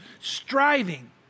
striving